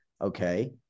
Okay